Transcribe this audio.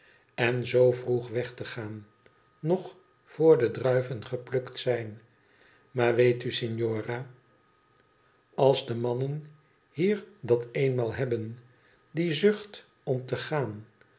en zoo vroeg weg te gaan nog voor de druiven geplukt zijn maar weet u signora als de mannen hier dat eenmaal hebben die zucht om te gaan